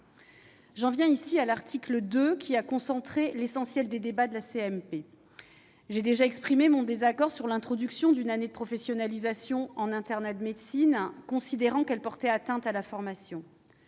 J'en viens à l'article 2, qui a concentré l'essentiel des débats de la commission mixte paritaire. J'ai déjà exprimé mon désaccord sur l'introduction d'une année de professionnalisation en internat de médecine, considérant qu'elle porterait atteinte à la formation.